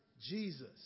Jesus